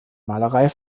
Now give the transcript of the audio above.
malerei